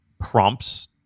prompts